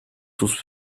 sus